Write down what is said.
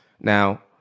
Now